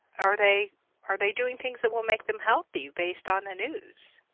are they are they doing things that will make them healthy based on the news?